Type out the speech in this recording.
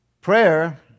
Prayer